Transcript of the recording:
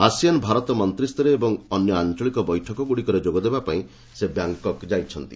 ASEAN Bharat ମନ୍ତ୍ରୀ ସ୍ତରୀୟ ଓ ଅନ୍ୟ ଆଞ୍ଚଳିକ ବୈଠକଗୁଡ଼ିକରେ ଯୋଗ ଦେବା ପାଇଁ ସେ ବ୍ୟାଙ୍କକ୍ ଯାଇଛନ୍ତି